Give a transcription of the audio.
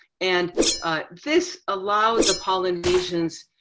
and this allowed the polynesians,